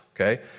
okay